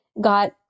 got